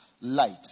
light